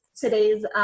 today's